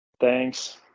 Thanks